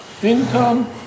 Income